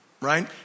right